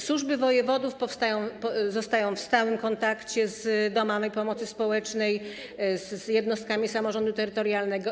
Służby wojewodów są w stałym kontakcie z domami pomocy społecznej, z jednostkami samorządu terytorialnego.